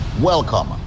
Welcome